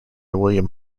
william